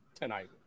tonight